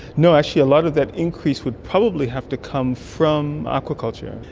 no, actually a lot of that increase would probably have to come from aquaculture.